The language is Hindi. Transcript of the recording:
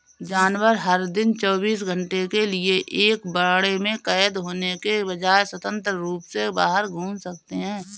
जानवर, हर दिन चौबीस घंटे के लिए एक बाड़े में कैद होने के बजाय, स्वतंत्र रूप से बाहर घूम सकते हैं